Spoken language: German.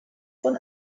von